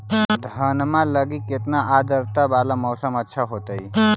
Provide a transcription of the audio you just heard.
धनमा लगी केतना आद्रता वाला मौसम अच्छा होतई?